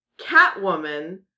Catwoman